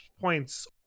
points